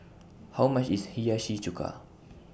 How much IS Hiyashi Chuka